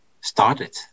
started